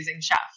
chef